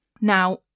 Now